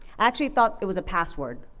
actually thought it was a password.